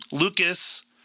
Lucas